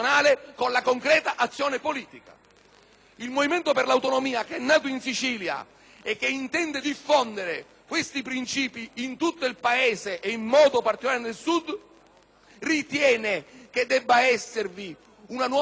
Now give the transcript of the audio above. Il Movimento per l'autonomia, che è nato in Sicilia e che intende diffondere questi principi in tutto il Paese e in particolare al Sud, ritiene che vi debba essere una nuova stagione delle autonomie. Se lo Stato